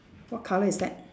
what colour is that